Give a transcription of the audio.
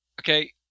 okay